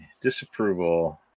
Disapproval